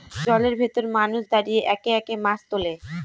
জলের ভেতরে মানুষ দাঁড়িয়ে একে একে মাছ তোলে